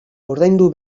ordaindu